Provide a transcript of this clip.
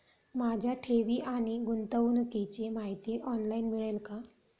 माझ्या ठेवी आणि गुंतवणुकीची माहिती ऑनलाइन मिळेल का?